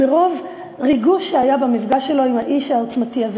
מרוב ריגוש שהיה במפגש שלו עם האיש העוצמתי הזה,